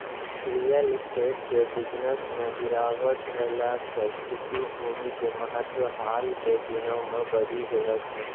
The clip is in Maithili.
रियल स्टेट के बिजनस मॅ गिरावट ऐला सॅ कृषि भूमि के महत्व हाल के दिनों मॅ बढ़ी गेलो छै